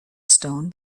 stone